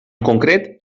concret